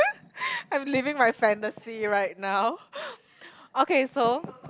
I'm living my fantasy right now okay so